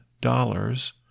dollars